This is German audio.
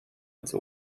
ins